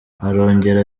arongera